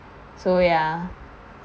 so ya